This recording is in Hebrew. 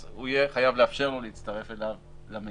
אז הוא יהיה חייב לאפשר לו להצטרף אליו למיזם.